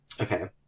Okay